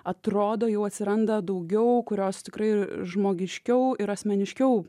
atrodo jau atsiranda daugiau kurios tikrai žmogiškiau ir asmeniškiau